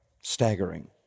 staggering